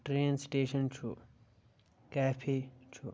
train station چھُ cafe چھُ